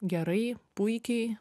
gerai puikiai